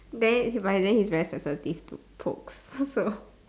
then but then he's very sensitive to pokes so